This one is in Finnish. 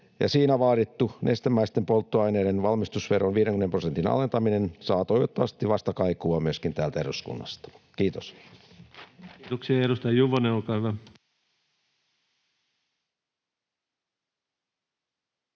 siinä vaadittu nestemäisten polttoaineiden valmisteveron 50 prosentin alentaminen saa toivottavasti vastakaikua myöskin täältä eduskunnasta. — Kiitos. Kiitoksia. — Edustaja Juvonen, olkaa hyvä. Arvoisa